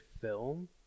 film